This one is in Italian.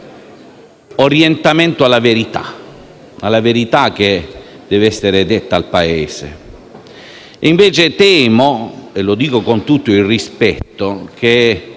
orientamento alla verità che deve essere detta al Paese. Temo invece, e lo dico con tutto il rispetto, che